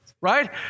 right